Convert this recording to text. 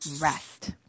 rest